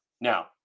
Now